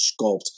sculpt